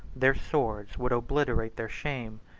their swords would obliterate their shame,